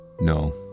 No